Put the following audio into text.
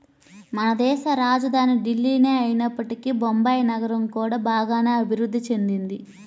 మనదేశ రాజధాని ఢిల్లీనే అయినప్పటికీ బొంబాయి నగరం కూడా బాగానే అభిరుద్ధి చెందింది